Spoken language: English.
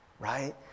right